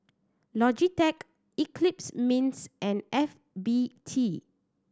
Logitech Eclipse Mints and F B T